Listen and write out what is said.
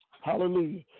Hallelujah